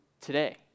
Today